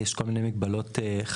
יש כל מיני מגבלות חשבותיות,